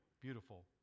beautiful